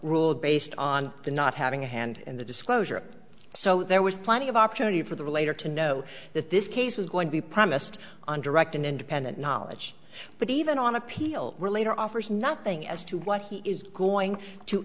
ruled based on the not having a hand in the disclosure so there was plenty of opportunity for the relator to know that this case was going to be premised on direct and independent knowledge but even on appeal later offers nothing as to what he is going to